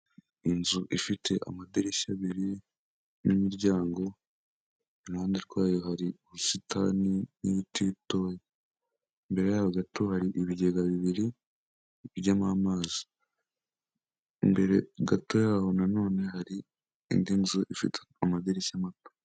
Inzu ifite amadirishya abiri n'imiryango, iruhande rwayo hari ubusitani n'ibiti bitoya, imbere yaho gato hari ibigega bibiri bijyamo amazi, imbere gato yaho na none hari indi nzu ifite amadirishya mato.